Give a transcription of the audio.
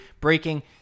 breaking